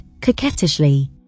coquettishly